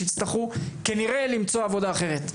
שיצטרכו כנראה למצוא עבודה אחרת.